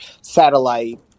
satellite